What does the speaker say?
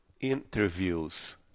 Interviews